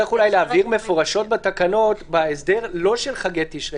צריך אולי להבהיר מפורשות בתקנות בהסדר לא של חגי תשרי,